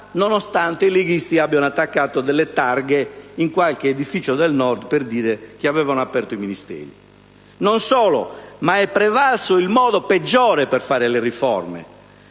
nonostante i leghisti abbiano attaccato delle targhe in qualche edificio del Nord per dire che avevano aperto i Ministeri. Per di più, è prevalso il modo peggiore per fare le riforme,